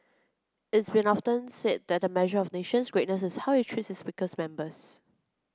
it's been often said that a measure of a nation's greatness is how it treats its weakest members